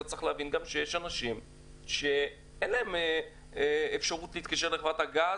אתה צריך להבין שיש אנשים שאין להם אפשרות להתקשר לחברת הגז.